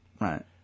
Right